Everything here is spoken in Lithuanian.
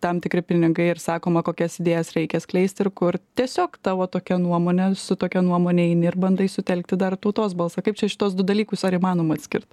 tam tikri pinigai ir sakoma kokias idėjas reikia skleisti ir kur tiesiog tavo tokia nuomonė su tokia nuomone eini ir bandai sutelkti dar ir tautos balsą kaip čia šituos du dalykus ar įmanoma atskirt